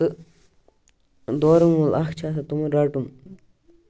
دورَن وول اکھ چھُ آسان تِمَن رَٹُن